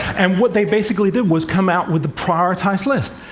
and what they basically did was come out with a prioritized list.